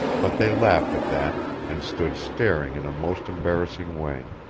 but they laughed at that and stood staring in a most embarrassing way.